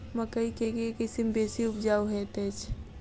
मकई केँ के किसिम बेसी उपजाउ हएत अछि?